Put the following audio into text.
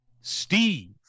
Steve